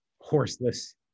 horseless